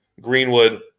Greenwood